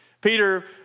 Peter